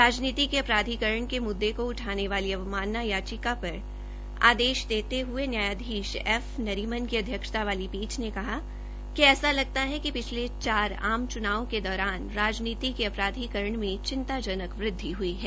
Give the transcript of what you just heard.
राजनीति के अपराधीकरण के मुददे को उठाने वाले अपमानना याचिका पर आदेश देते हए न्यायाधीश एफ नरीमन की अध्यक्षता वाली पीठ ने कहा कि ऐसा लगता है पिछले चार आम चुनावों के दौरान राजनीति के अपराधीकरण में चिंताजनक वृद्धि हई है